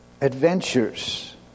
Adventures